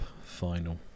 final